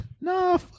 No